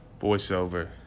voiceover